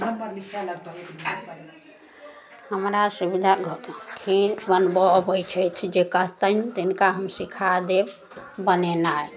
हमरा सुविधा खीर बनबऽ आबै छथि जे कहतनि तिनका हम सिखा देब बनेनाइ